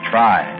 Try